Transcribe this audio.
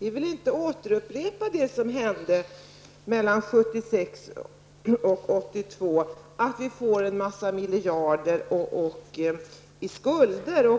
Vi vill inte upprepa det som händer mellan 1976 och 1982, att vi får en massa miljarder i skulder.